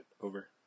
over